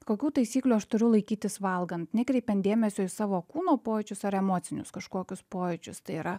kokių taisyklių aš turiu laikytis valgant nekreipiant dėmesio į savo kūno pojūčius ar emocinius kažkokius pojūčius tai yra